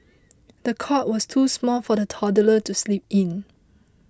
the cot was too small for the toddler to sleep in